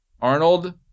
Arnold